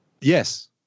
Yes